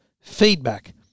feedback